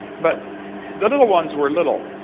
but the little ones were little.